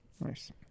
Nice